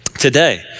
Today